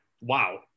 wow